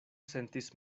sentis